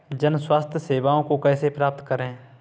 जन स्वास्थ्य सेवाओं को कैसे प्राप्त करें?